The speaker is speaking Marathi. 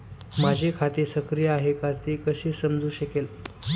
माझे खाते सक्रिय आहे का ते कसे समजू शकेल?